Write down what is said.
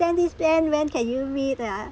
plan this plan when can you read ah